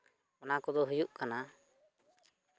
ᱚᱱᱟ ᱠᱚᱫᱚ ᱦᱩᱭᱩᱜ ᱠᱟᱱᱟ